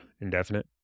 indefinite